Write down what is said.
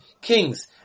kings